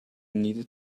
needed